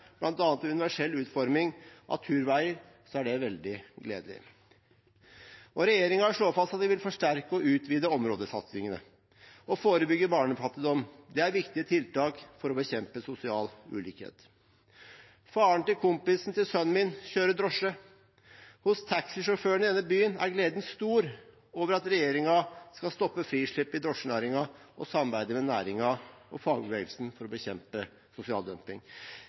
universell utforming av turveier, er det veldig gledelig. Regjeringen slår fast at de vil forsterke og utvide områdesatsingene og forebygge barnefattigdom. Det er viktige tiltak for å bekjempe sosial ulikhet. Faren til kompisen til sønnen min kjører drosje. Hos taxisjåførene i denne byen er gleden stor over at regjeringen skal stoppe frislippet i drosjenæringen og samarbeide med næringen og fagbevegelsen for å bekjempe sosial dumping.